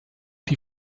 die